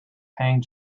paying